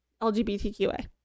LGBTQA